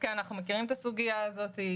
אנחנו מכירים את הסוגיה הזאת.